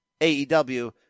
AEW